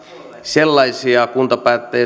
sellaisia kuntapäättäjiä